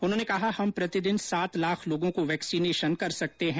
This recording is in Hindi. उन्होंने कहा हम प्रतिदिन सात लाख लोगों को वैक्सीनेशन कर सकते है